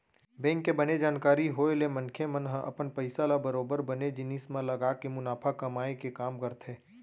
bank के बने जानकारी होय ले मनखे मन ह अपन पइसा ल बरोबर बने जिनिस म लगाके मुनाफा कमाए के काम करथे